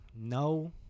No